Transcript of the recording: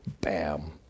Bam